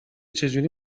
چجوری